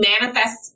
manifest